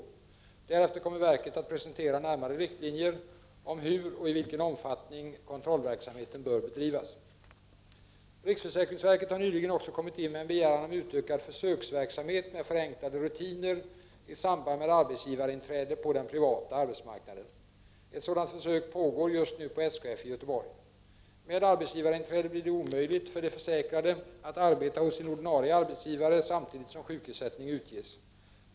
Därefter kommer verket att presentera närmare riktlinjer om hur och i vilken omfattning kontrollverksamheten bör bedrivas. Riksförsäkringsverket har nyligen också kommit in med en begäran om utökad försöksverksamhet med förenklade rutiner i samband med arbetsgivarinträde på den privata arbetsmarknaden. Ett sådant försök pågår just nu på SKF i Göteborg. Med arbetsgivarinträde blir det omöjligt för de försäkrade att arbeta hos sin ordinarie arbetsgivare samtidigt som sjukersättning utges.